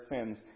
sins